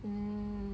mm